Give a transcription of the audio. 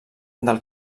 del